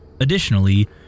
Additionally